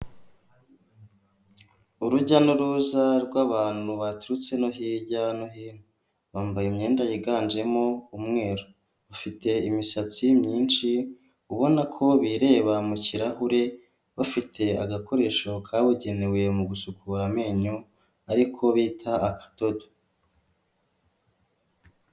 Urujya n'uruza rw'abantu baturutse no hirya no hino bambaye imyenda yiganjemo umweru, bafite imisatsi myinshi ubona ko bireba mu kirahure bafite agakoresho kabugenewe mu gusukura amenyo ariko bita akadodo.